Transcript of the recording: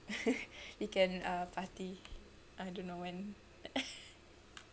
we can uh party I don't know when